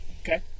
Okay